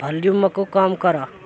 ଭଲ୍ୟୁମ୍କୁ କମ୍ କର